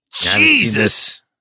Jesus